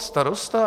Starosta?